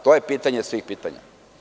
To je pitanje svih pitanja.